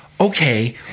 okay